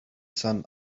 sun